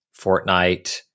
Fortnite